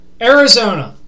Arizona